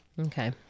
Okay